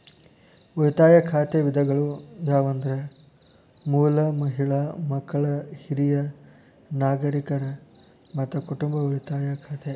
ಉಳಿತಾಯ ಖಾತೆ ವಿಧಗಳು ಯಾವಂದ್ರ ಮೂಲ, ಮಹಿಳಾ, ಮಕ್ಕಳ, ಹಿರಿಯ ನಾಗರಿಕರ, ಮತ್ತ ಕುಟುಂಬ ಉಳಿತಾಯ ಖಾತೆ